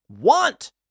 want